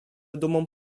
dumą